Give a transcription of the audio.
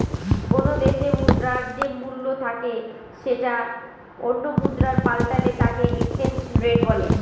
কোনো দেশে মুদ্রার যে মূল্য থাকে সেটা অন্য মুদ্রায় পাল্টালে তাকে এক্সচেঞ্জ রেট বলে